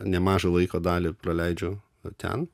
nemažą laiko dalį praleidžiu ten